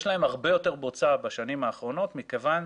יש להם הרבה יותר בוצה בשנים האחרונות מכיוון